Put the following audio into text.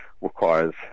requires